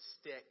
stick